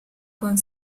con